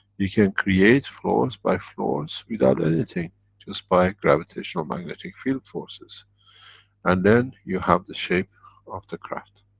you can create floors by floors without anything just by gravitational-magnetic field-forces and then you have the shape of the craft,